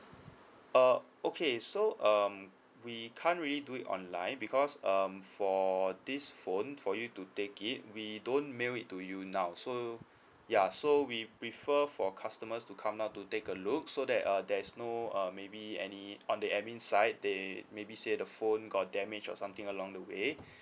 uh okay so um we can't really do it online because um for this phone for you to take it we don't mail it to you now so ya so we prefer for customers to come down to take a look so that uh there is no uh maybe any on the admin side they maybe say the phone got damage or something along the way